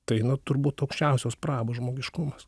tai nu turbūt aukščiausios prabos žmogiškumas